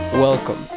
Welcome